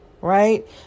Right